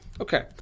Okay